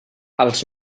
als